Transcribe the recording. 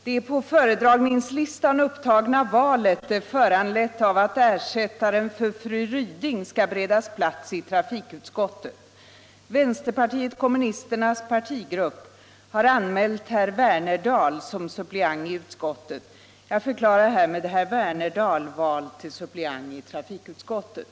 Det på föredragningslistan upptagna valet är föranlett av att ersättaren för fru Ryding skall beredas plats i trafikutskottet. Vänsterpartiet kommunisternas partigrupp har anmält herr Wernerdal som suppleant i utskottet. Jag förklarar härmed herr Wernerdal vald till suppleant i trafikutskottet.